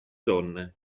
donna